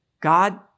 God